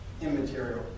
immaterial